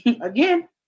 Again